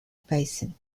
basin